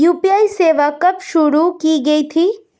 UPI सेवा कब शुरू की गई थी?